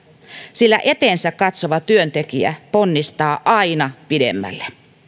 sillä eteensä katsova työntekijä ponnistaa aina pidemmälle